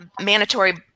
mandatory